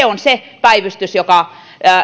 on se päivystys joka